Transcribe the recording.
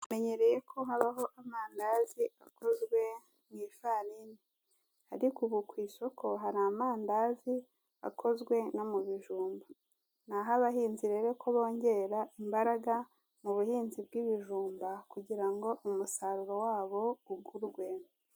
Tumenyereye ko habaho amandazi akozwe mu ifarini ariko ubu ku isoko hari amandazi akozwe no mu bijumba ni aho abahinzi rero ko bongera imbaraga mu buhinzi bw'ibijumba kugira ngo umusaruro wabo ugurwe.